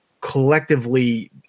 collectively